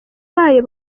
bayo